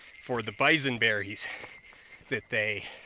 for the bison berries that they,